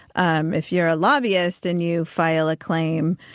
um if you're a lobbyist and you file a claim,